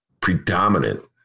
predominant